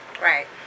Right